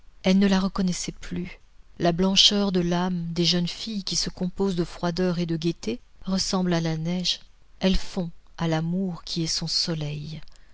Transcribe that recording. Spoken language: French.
elle ne la reconnaissait plus la blancheur de l'âme des jeunes filles qui se compose de froideur et de gaîté ressemble à la neige elle fond à l'amour qui est son soleil